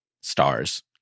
stars